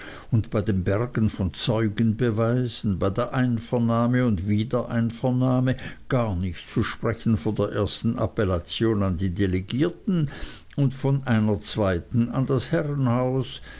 und bei den bergen von zeugenbeweisen bei der einvernahme und wiedereinvernahme gar nicht zu sprechen von der ersten appellation an die delegierten und von einer zweiten an das herrenhaus